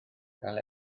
gael